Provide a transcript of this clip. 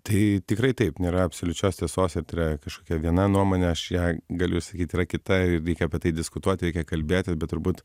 tai tikrai taip nėra absoliučios tiesos ir tai yra kažkokia viena nuomonė aš ją galiu sakyt yra kita ir veikia apie tai diskutuoti reikia kalbėti bet turbūt